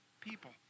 people